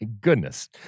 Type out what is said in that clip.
goodness